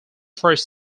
first